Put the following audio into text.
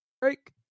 break